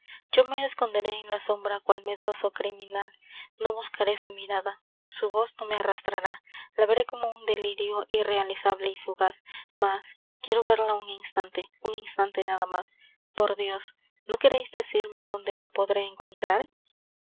yo me esconderé en la sombra cual medroso criminal no buscaré su mirada su voz no me arrastrará la veré como un delirio irrealizable y fugaz mas quiero verla un instante un instante nada más por dios no quereis decirme dónde la podré encontrar